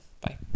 bye